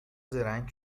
زرنگ